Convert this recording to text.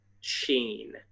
sheen